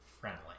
friendly